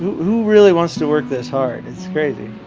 who really wants to work this hard? it's crazy.